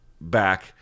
back